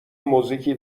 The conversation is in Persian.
موزیکی